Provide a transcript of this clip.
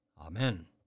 Amen